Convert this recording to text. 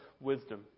wisdom